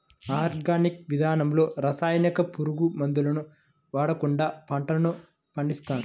organic విధానంలో రసాయనిక, పురుగు మందులను వాడకుండా పంటలను పండిస్తారు